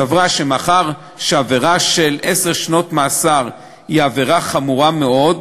סברה שמאחר שעבירה של עשר שנות מאסר היא עבירה חמורה מאוד,